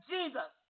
Jesus